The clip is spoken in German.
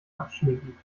abschminken